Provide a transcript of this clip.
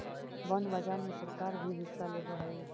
bond बाजार में सरकार भी हिस्सा लेवऽ हई